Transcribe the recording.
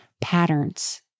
patterns